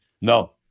No